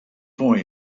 for